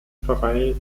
pfarrei